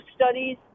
studies